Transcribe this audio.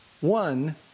one